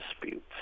disputes